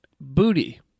booty